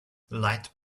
light